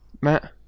Matt